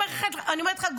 אני אומרת לך,